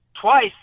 twice